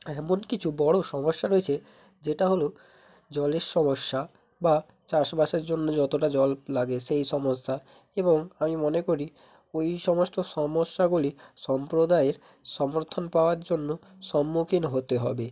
এমন কিছু বড়ো সমস্যা রয়েছে যেটা হলো জলের সমস্যা বা চাষবাসের জন্য যতোটা জল লাগে সেই সমস্যা এবং আমি মনে করি ওই সমস্ত সমস্যাগুলি সম্প্রদায়ের সমর্থন পাওয়ার জন্য সম্মুখীন হতে হবে